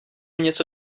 něco